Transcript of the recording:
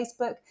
Facebook